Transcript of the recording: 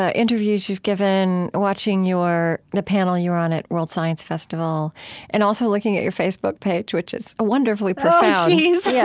ah interviews you've given, watching the panel you were on at world science festival and also looking at your facebook page, which is wonderfully profound yeah